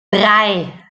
drei